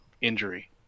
injury